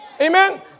Amen